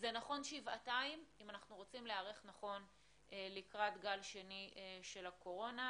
זה נכון שבעתיים אם אנחנו רוצים להיערך נכון לקראת גל שני של הקורונה,